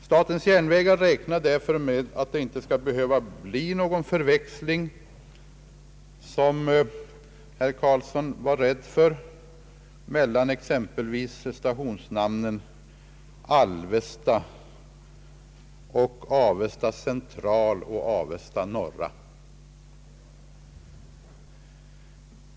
Statens järnvägar räknar därför med att det inte skall behöva bli någon förväxling, som herr Carlsson var rädd för mellan exempelvis stationsnamnen Alvesta, Avesta central och Avesta norra.